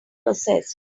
processed